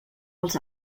als